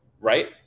Right